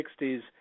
1960s